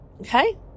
okay